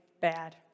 bad